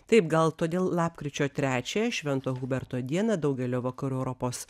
taip gal todėl lapkričio trečiąją švento huberto dieną daugelio vakarų europos